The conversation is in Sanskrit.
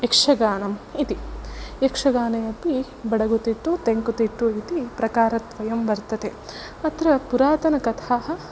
यक्षगानम् इति यक्षगाने अपि बडगुतिट्टु तेङ्कुतिट्टे इति प्रकारद्वयं वर्तते अत्र पुरातनकथाः